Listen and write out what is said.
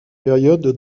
période